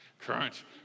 crunch